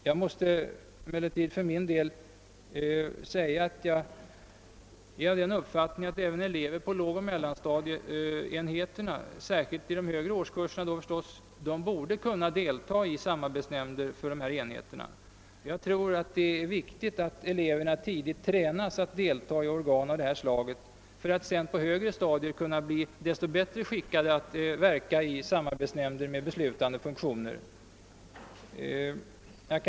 Jag är emellertid för min del av den uppfattningen, att även elever på lågoch mellanstadieenheterna, särskilt naturligtvis i de högre årskurserna, borde kunna delta i samarbetsnämnder för dessa enheter. Jag tror det är viktigt att eleverna tidigt tränas att delta i organ av detta slag för att sedan på högre stadium kunna bli desto bättre skickade att verka i samarbetsnämnder med beslutande funktioner.